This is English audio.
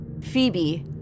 Phoebe